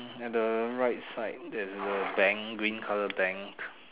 at the right side there's a bank green colour bank